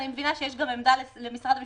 אני מבינה שיש עמדה גם למשרד המשפטים,